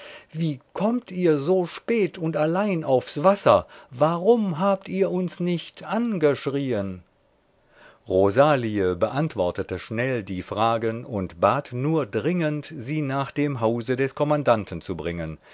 wie kommt ihr so spät und allein aufs wasser warum habt ihr uns nicht angeschrieen rosalie beantwortete schnell die fragen und bat nur dringend sie nach dem hause des kommandanten zu bringen